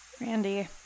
Randy